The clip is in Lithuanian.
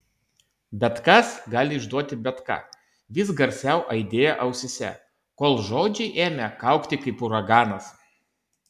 bet kas gali išduoti bet ką vis garsiau aidėjo ausyse kol žodžiai ėmė kaukti kaip uraganas